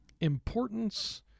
importance